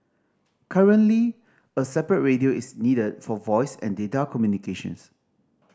currently a separate radio is needed for voice and data communications